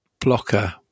blocker